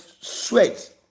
sweat